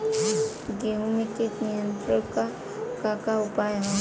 गेहूँ में कीट नियंत्रण क का का उपाय ह?